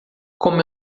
como